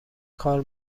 کار